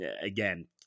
again